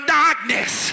darkness